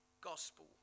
gospel